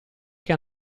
che